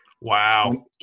Wow